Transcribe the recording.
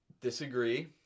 Disagree